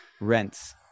rents